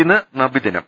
ഇന്ന് നബിദിനം